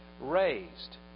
raised